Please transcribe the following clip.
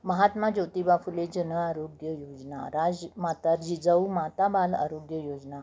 महात्मा ज्योतिबा फुले जन आरोग्य योजना राजमाता जिजाऊ माता बाल आरोग्य योजना